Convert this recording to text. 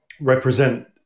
represent